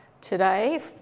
today